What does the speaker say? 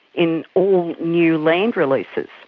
in all new land releases.